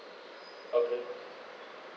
okay